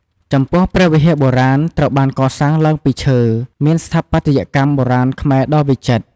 ចំពោះព្រះវិហារបុរាណ ត្រូវបានកសាងឡើងពីឈើ មានស្ថាបត្យកម្មបុរាណខ្មែរដ៏វិចិត្រ ។